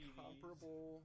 comparable